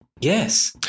Yes